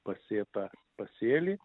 pasėtą pasėlį